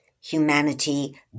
humanity